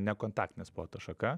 nekontaktinė sporto šaka